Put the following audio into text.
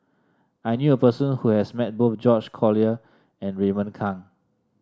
I knew a person who has met both George Collyer and Raymond Kang